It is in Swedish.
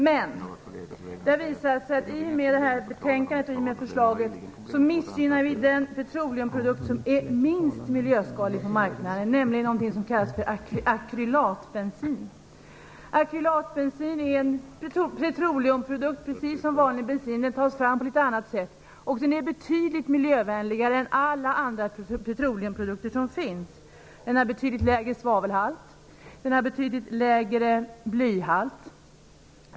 Men det har visat sig att i och med det här förslaget missgynnas den petroleumprodukt som är minst miljöskadlig, nämligen någonting som kallas för akrylatbensin. Akrylatbensin är en petroleumprodukt, precis som vanlig bensin, men den tas fram på litet annat sätt, och den är betydligt miljövänligare än alla andra petroleumprodukter som finns. Den har betydligt lägre svavelhalt. Den har betydligt lägre blyhalt.